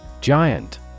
Giant